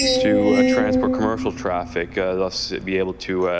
to transport commercial traffic, thus be able to